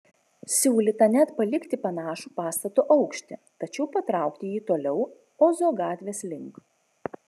siūlyta net palikti panašų pastato aukštį tačiau patraukti jį toliau ozo gatvės link